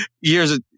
Years